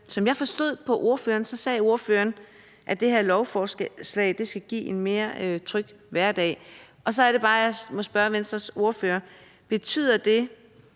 Som jeg forstod det på ordføreren, sagde ordføreren, at det her lovforslag skal give en mere tryg hverdag, og så er det bare, jeg må spørge Venstres ordfører: Betyder det,